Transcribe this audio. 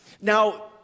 Now